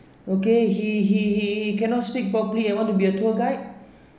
okay he he he he cannot speak properly and want to be a tour guide